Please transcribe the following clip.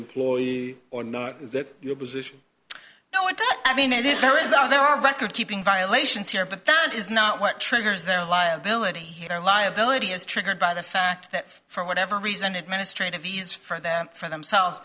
employee or not is that your position no it doesn't mean it is there is out there are record keeping violations here but that is not what triggers their liability here liability is triggered by the fact that for whatever reason administrative fees for them for themselves